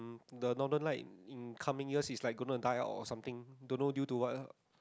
the Northern Light in coming years is like gonna die up or something don't know due to what